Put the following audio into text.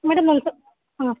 madam ಅಲ್ಲಿ ಸ ಹಾಂ